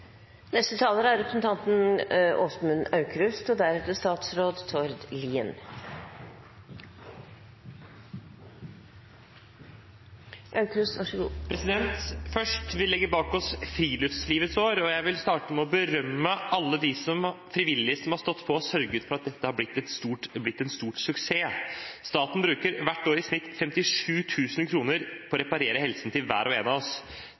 Først: Vi legger bak oss Friluftslivets år, og jeg vil starte med å berømme alle de frivillige som har stått på og sørget for at dette har blitt en stor suksess. Staten bruker hvert år i snitt 57 000 kr på å reparere helsen til hver og en av oss.